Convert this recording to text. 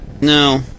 No